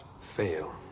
fail